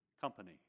company